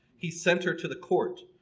he sent her to the court,